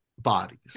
bodies